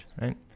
right